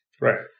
Right